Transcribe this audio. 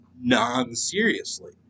non-seriously